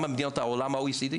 גם מדינות ה-WHO.